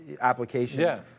applications